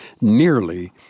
nearly